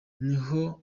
niho